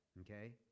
Okay